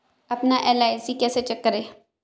अपना एल.आई.सी कैसे चेक करें?